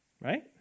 Right